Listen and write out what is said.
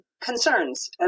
concerns